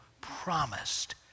promised